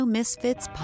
Misfits